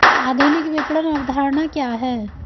आधुनिक विपणन अवधारणा क्या है?